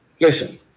listen